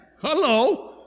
Hello